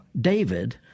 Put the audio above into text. David